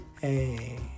hey